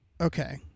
Okay